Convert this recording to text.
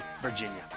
Virginia